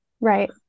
Right